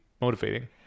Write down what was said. motivating